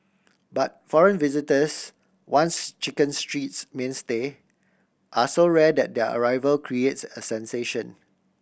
but foreign visitors once Chicken Street's mainstay are so rare that their arrival creates a sensation